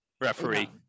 referee